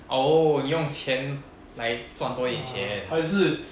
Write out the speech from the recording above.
oh 你用钱来赚多一点钱